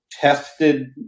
tested